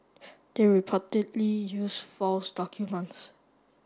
they reportedly use false documents